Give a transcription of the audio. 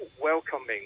welcoming